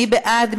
מי בעד?